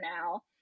now